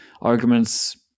arguments